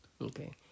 Okay